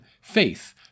faith